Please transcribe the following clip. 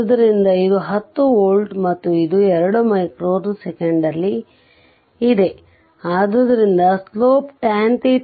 ಆದ್ದರಿಂದ ಇದು 10 ವೋಲ್ಟ್ ಮತ್ತು ಇದು 2 ಮೈಕ್ರೋ ಸೆಕೆಂಡ್ನಲ್ಲಿದೆ ಆದುದರಿಂದ ಸ್ಲೋಪ್ tan105ms